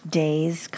day's